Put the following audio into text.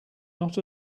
not